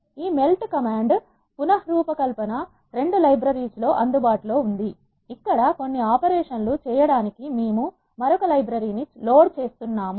ఈ melt command reshape 2 library లో అందుబాటులో ఉంది ఇక్కడ అ కొన్ని ఆపరేషన్ లు చేయడానికి మేము మరొక లైబ్రరీ ని లోడ్ చేస్తున్నాము